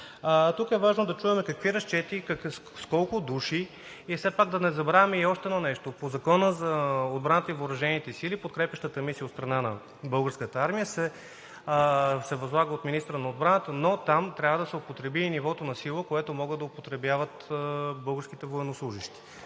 Тук е важно да чуем какви разчети, с колко души… Все пак да не забравяме и още едно нещо – по Закона за отбраната и въоръжените сили подкрепящата мисия от страна на Българската армия се възлага от министъра на отбраната, но там трябва да се употреби и нивото на сила, което могат да употребяват българските военнослужещи.